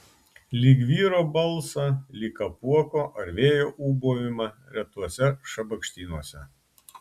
lyg vyro balsą lyg apuoko ar vėjo ūbavimą retuose šabakštynuose